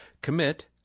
Commit